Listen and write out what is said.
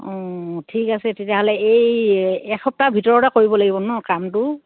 অঁ ঠিক আছে তেতিয়াহ'লে এই এসপ্তাহ ভিতৰতে কৰিব লাগিব ন কামটো